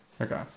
Okay